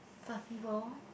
fluffy ball